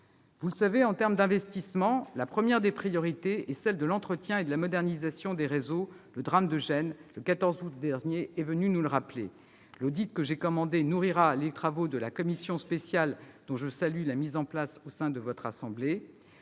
Vous le savez, en termes d'investissement, la première des priorités est celle de l'entretien et la modernisation des réseaux existants ; le drame de Gênes le 14 août dernier est venu nous le rappeler. L'audit que j'ai commandé sur le sujet viendra nourrir les travaux de la commission spéciale dont je salue la mise en place au sein de votre assemblée.